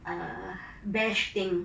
err bash thing